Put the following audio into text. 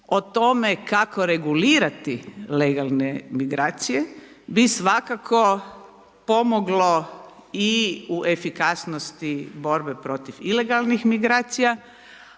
o tome kako regulirati legalne migracije bi svakako pomoglo i u efikasnosti borbe protiv ilegalnih migracija,